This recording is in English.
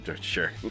Sure